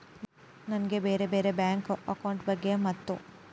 ನನಗೆ ಬ್ಯಾರೆ ಬ್ಯಾರೆ ಬ್ಯಾಂಕ್ ಅಕೌಂಟ್ ಬಗ್ಗೆ ಮತ್ತು?